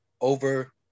over